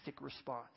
response